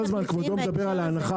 כל הזמן כבודו מדבר על ההנחה.